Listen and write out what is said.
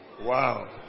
Wow